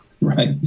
Right